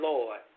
Lord